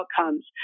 outcomes